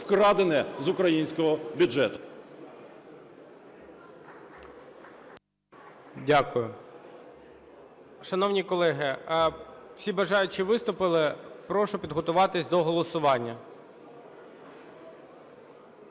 вкрадене з українського бюджету. ГОЛОВУЮЧИЙ. Дякую. Шановні колеги, всі бажаючи виступили. Прошу підготуватися до голосування.